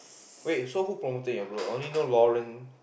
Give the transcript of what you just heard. wait so who promote in your group I only know